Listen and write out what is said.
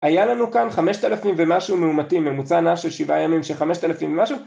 היה לנו כאן חמשת אלפים ומשהו מאומתים ממוצע נע של שבעה ימים של חמשת אלפים ומשהו